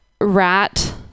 rat